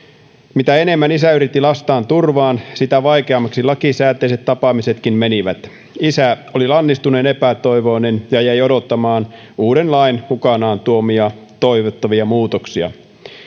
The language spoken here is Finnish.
mitä enemmän isä yritti lastaan turvaan sitä vaikeammaksi lakisääteiset tapaamisetkin menivät isä oli lannistuneen epätoivoinen ja ja jäi odottamaan uuden lain mukanaan tuomia toivottavia muutoksia